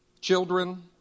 children